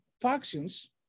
factions